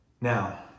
Now